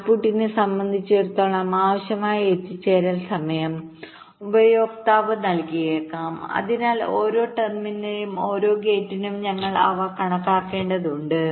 ഔട്ട്പുട്ടിനെ സംബന്ധിച്ചിടത്തോളം ആവശ്യമായ എത്തിച്ചേരൽ സമയം ഉപയോക്താവ് നൽകിയേക്കാം അതിനാൽ ഓരോ ടെർമിനലിനും ഓരോ ഗേറ്റിനും ഞങ്ങൾ അവ കണക്കാക്കേണ്ടതുണ്ട്